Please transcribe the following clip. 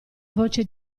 voce